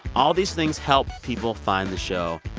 all these things help people find the show.